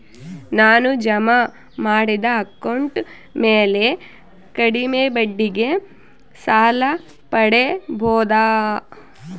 ನಾನು ಜಮಾ ಮಾಡಿದ ಅಕೌಂಟ್ ಮ್ಯಾಲೆ ಕಡಿಮೆ ಬಡ್ಡಿಗೆ ಸಾಲ ಪಡೇಬೋದಾ?